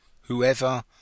whoever